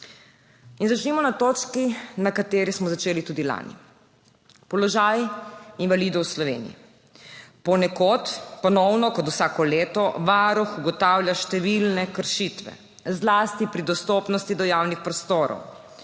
In začnimo na točki, na kateri smo začeli tudi lani – položaj invalidov v Sloveniji. Ponekod ponovno kot vsako leto varuh ugotavlja številne kršitve, zlasti pri dostopnosti do javnih prostorov,